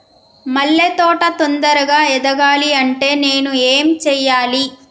మల్లె తోట తొందరగా ఎదగాలి అంటే నేను ఏం చేయాలి?